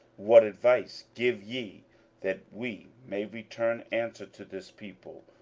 what advice give ye that we may return answer to this people,